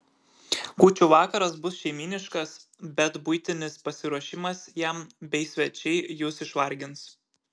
kūčių vakaras bus šeimyniškas bet buitinis pasiruošimas jam bei svečiai jus išvargins